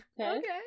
okay